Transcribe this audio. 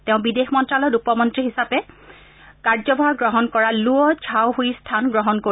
তেঁও বিদেশ মন্তালয়ত উপমন্তী হিচাপে কাৰ্যভাৰ গ্ৰহণ কৰা লুঅ' ঝাওছইৰ স্থান গ্ৰহণ কৰিব